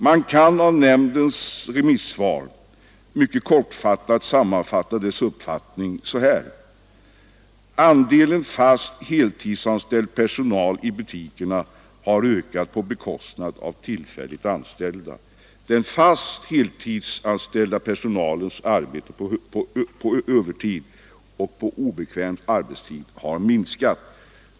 Man kan mycket kort sammanfatta nämndens uppfattning enligt dess remissvar så här: Andelen fast, heltidsanställd personal i butikerna har ökat på bekostnad av andelen tillfälligt anställda. Den fast, heltidsanställda personalens arbete på övertid och på obekväm arbetstid har minskat.